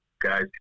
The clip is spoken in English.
guys